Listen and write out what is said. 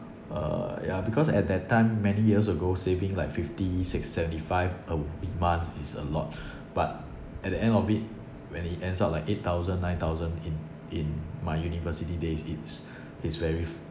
uh ya because at that time many years ago saving like fifty six seventy five a month is a lot but at the end of it when it ends up like eight thousand nine thousand in in my university days it's it's very